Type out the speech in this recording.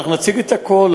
אנחנו נציג את הכול,